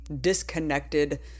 disconnected